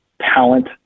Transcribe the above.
talent